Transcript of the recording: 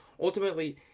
ultimately